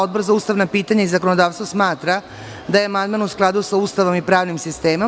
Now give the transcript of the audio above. Odbor za ustavna pitanja i zakonodavstvo smatra da je amandman u skladu sa Ustavom i pravnim sistemom.